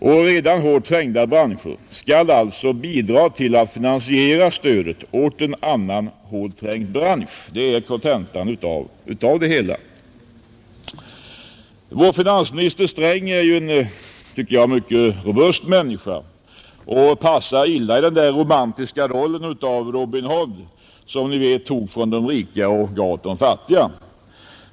Redan hårt trängda branscher skall alltså bidraga till att finansiera stödet åt en annan hårt trängd bransch — det är kontentan av förslagen. Finansminister Sträng är, tycker jag, en mycket robust människa och passar illa i den romantiska rollen som Robin Hood, som tog från de rika och gav åt de fattiga.